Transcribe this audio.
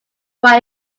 buy